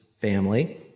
family